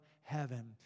heaven